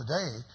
today